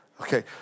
Okay